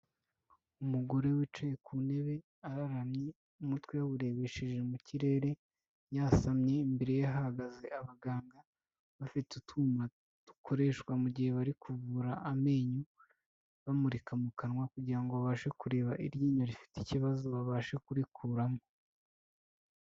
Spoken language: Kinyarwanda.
Umugore wicaye ku ntebe araramye, umutwe yawurebesheje mu kirere, yasamye imbere ye hahagaze abaganga bafite utwuma dukoreshwa mu gihe bari kuvura amenyo bamurika mu kanwa kugira ngo babashe kureba iryinyo rifite ikibazo babasha kurikuramo.